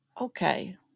okay